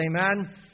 Amen